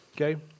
okay